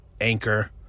Anchor